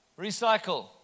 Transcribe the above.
Recycle